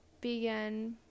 begin